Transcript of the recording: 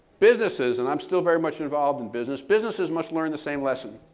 businesses, and i'm still very much involved in business, businesses must learn the same lesson.